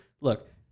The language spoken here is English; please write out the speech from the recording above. look